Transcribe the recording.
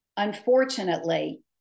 unfortunately